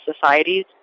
societies